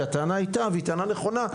כי הטענה הייתה והיא טענה נכונה,